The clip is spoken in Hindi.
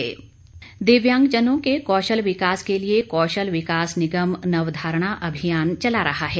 मारकंडा दिव्यांगजनों के कौशल विकास के लिए कौशल विकास निगम नवधारणा अभियान चला रहा है